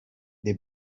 the